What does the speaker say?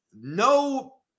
no